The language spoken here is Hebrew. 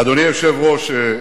אדוני היושב-ראש,